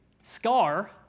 Scar